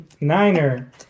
niner